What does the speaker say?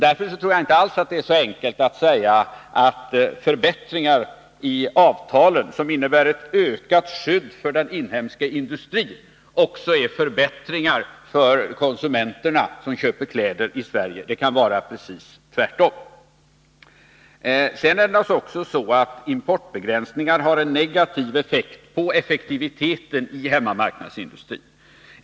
Därför tror jag inte alls att det är så enkelt som att säga att förbättringar i avtalen, som innebär ett ökat skydd för den inhemska industrin, också är förbättringar för konsumenterna som köper kläder i Sverige. Det kan vara precis tvärtom. Importbegränsningar har naturligtvis också en negativ inverkan på effektiviteten i hemmamarknadsindustrin.